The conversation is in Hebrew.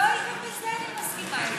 יואל, גם בזה אני מסכימה אתך.